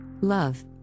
Love